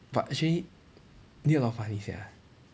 but actually need a lot of money sia